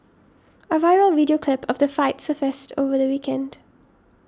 a viral video clip of the fight surfaced over the weekend